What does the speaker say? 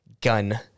gun